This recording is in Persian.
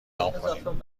اعلام